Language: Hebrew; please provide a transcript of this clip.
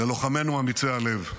ללוחמינו אמיצי הלב.